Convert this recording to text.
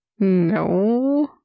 No